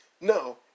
No